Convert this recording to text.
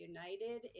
United